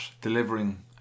delivering